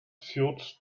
fürth